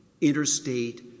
interstate